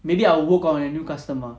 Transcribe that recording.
maybe I'll work on a new customer